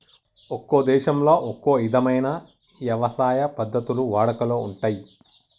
ఒక్కో దేశంలో ఒక్కో ఇధమైన యవసాయ పద్ధతులు వాడుకలో ఉంటయ్యి